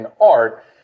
art